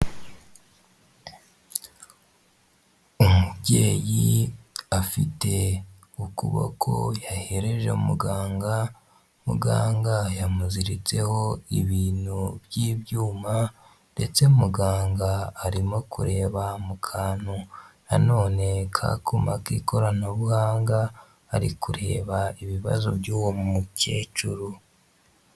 Umubyeyi afite ukuboko yahereje muganga, muganga yamuziritseho ibintu by'ibyuma ndetse muganga arimo kureba mu kantu na none kakomaga ikoranabuhanga ari kureba ibibazo by'uwo mukecuru.